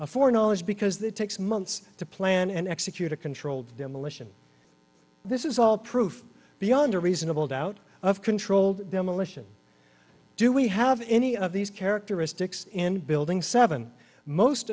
knowledge because that takes months to plan and execute a controlled demolition this is all proof beyond a reasonable doubt of controlled demolition do we have any of these characteristics in building seven most